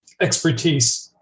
expertise